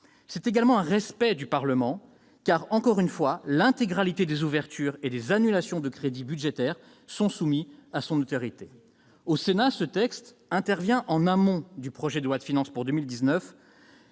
respect envers le Parlement, saisi de l'intégralité des ouvertures et des annulations de crédits budgétaires soumises à son autorité. Au Sénat, ce texte intervient en amont du projet de loi de finances pour 2019,